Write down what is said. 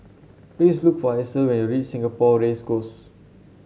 please look for Hasel when you reach Singapore Race Course